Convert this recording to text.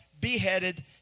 beheaded